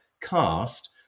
cast